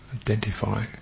identify